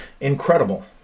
incredible